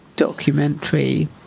documentary